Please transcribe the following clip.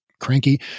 cranky